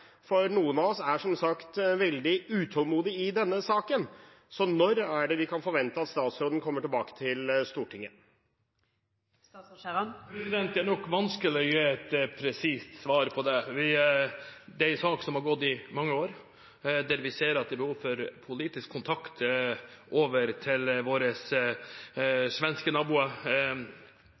for noen av oss er som sagt veldig utålmodige i denne saken. Når kan vi forvente at statsråden kommer tilbake til Stortinget? Det er nok vanskelig å gi et presist svar på det. Det er en sak som har gått i mange år, der vi ser at det er behov for politisk kontakt over til våre svenske naboer.